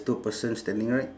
two person standing right